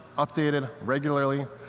updated regularly.